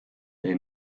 they